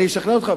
אני אשכנע אותך.